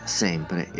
sempre